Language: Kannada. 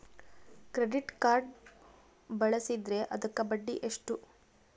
ಕ್ರೆಡಿಟ್ ಕಾರ್ಡ್ ಬಳಸಿದ್ರೇ ಅದಕ್ಕ ಬಡ್ಡಿ ಎಷ್ಟು?